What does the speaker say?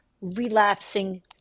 relapsing